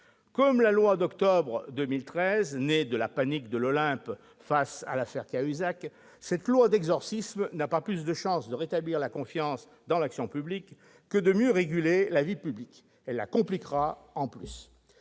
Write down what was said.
Comme la loi d'octobre 2013, née de la panique de l'Olympe face à « l'affaire Cahuzac », cette loi d'exorcisme n'a pas plus de chance de rétablir «la confiance dans l'action publique » que de mieux « réguler la vie publique ». Elle la compliquera seulement